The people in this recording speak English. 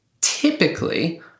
typically